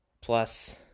Plus